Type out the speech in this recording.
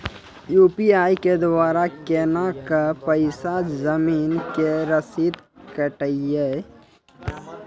UPI के द्वारा केना कऽ पैसा जमीन के रसीद कटैय छै?